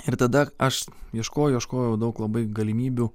ir tada aš ieškojau ieškojau daug labai galimybių